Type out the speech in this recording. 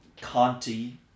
Conti